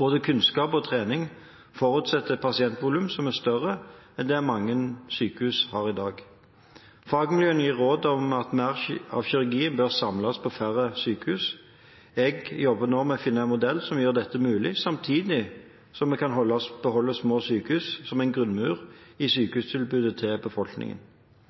Både kunnskap og trening forutsetter et pasientvolum som er større enn det mange sykehus har i dag. Fagmiljøene gir råd om at mer av kirurgien bør samles på færre sykehus. Jeg jobber nå med å finne en modell som gjør dette mulig, samtidig som vi kan beholde små sykehus som en grunnmur i sykehustilbudet til befolkningen.